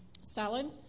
Salad